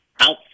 Out